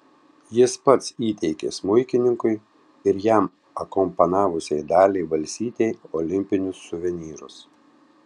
jis pats įteikė smuikininkui ir jam akompanavusiai daliai balsytei olimpinius suvenyrus